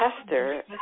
tester